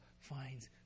finds